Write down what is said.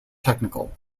technical